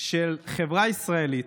של חברה ישראלית,